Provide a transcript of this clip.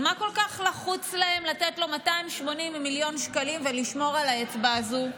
אז מה כל כך לחוץ להם לתת לו 280 מיליון שקלים ולשמור על האצבע הזו?